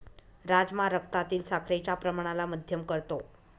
राजमा रक्तातील साखरेच्या प्रमाणाला मध्यम करतो